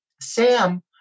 sam